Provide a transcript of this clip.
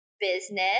business